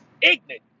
ignorant